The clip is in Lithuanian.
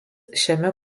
šiame